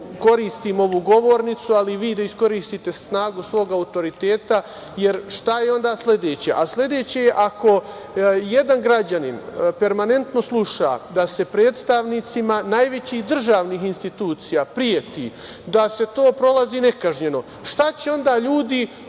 koristim ovu govornicu, ali i vi da iskoristite snagu svog autoriteta, jer šta je onda sledeće? Sledeće je ako jedan građanin permanentno sluša da se predstavnicima najvećih državnih institucija preti, da to prolazi nekažnjeno, šta će onda ljudi